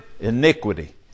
iniquity